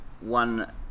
One